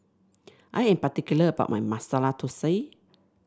I am particular about my Masala Thosai